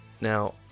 Now